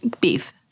Beef